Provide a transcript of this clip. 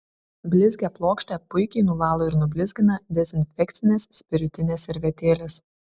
blizgią plokštę puikiai nuvalo ir nublizgina dezinfekcinės spiritinės servetėlės